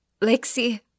Lexi